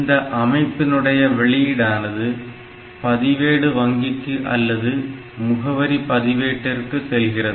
இந்த அமைப்பினுடைய வெளியிடானது பதிவேடு வங்கிக்கு அல்லது முகவரி பதிவேட்டிற்க்கு செல்கிறது